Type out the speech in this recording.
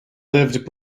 lived